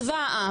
צבא העם.